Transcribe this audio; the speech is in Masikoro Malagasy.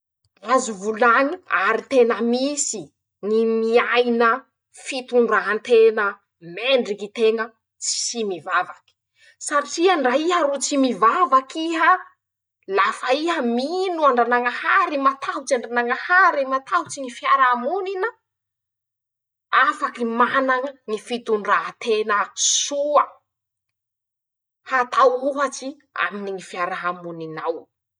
Azo volañy ary tena misy, ñy miaina fitondratena mendriky teña tsy mivavaky, satria ndra iha ro tsy mivavak'iha, lafa iha mino andranañahary, matahotsy andranañahary, matahotsy ñy fiarahamonina, afaky mana ñy fitondrantena soa, hatao ohatsy aminy ñy fiarahamonin'ao.